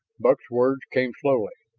buck's words came slowly,